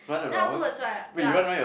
then afterwards right ya